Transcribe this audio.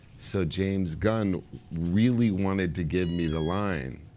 so james gunn really wanted to give me the line.